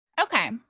Okay